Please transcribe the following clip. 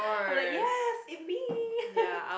I'll be like yes it me